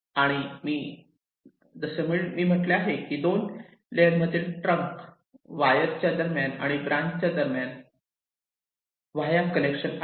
आणि जसे मी म्हटले आहे की दोन लेयरमध्ये ट्रंक वायर च्या दरम्यान आणि ब्रांचच्या वायर दरम्यान व्हॉया कनेक्शन आहे